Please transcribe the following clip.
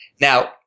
Now